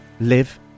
live